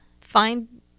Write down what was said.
find